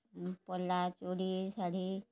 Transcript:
ପୋଲା ଚୁଡ଼ି ଶାଢ଼ୀ